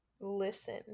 listen